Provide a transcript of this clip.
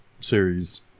series